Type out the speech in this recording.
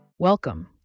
Welcome